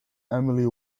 emily